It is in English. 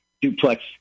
duplex